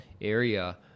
area